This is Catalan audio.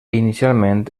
inicialment